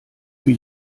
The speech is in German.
für